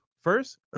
first